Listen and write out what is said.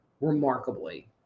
remarkably